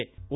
A O